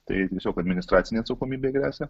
tai tiesiog administracinė atsakomybė gresia